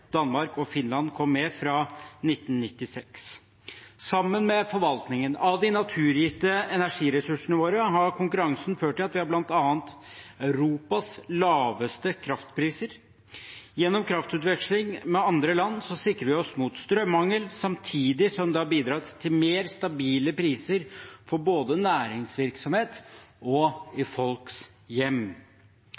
Danmark og Finland kom med fra 1996. Sammen med forvaltningen av de naturgitte energiressursene våre har konkurransen bl.a. ført til at vi har Europas laveste kraftpriser. Gjennom kraftutveksling med andre land sikrer vi oss mot strømmangel, samtidig som det har bidratt til mer stabile priser både for næringsvirksomhet og i